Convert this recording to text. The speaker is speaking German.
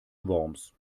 worms